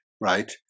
right